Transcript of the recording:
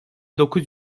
dokuz